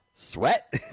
Sweat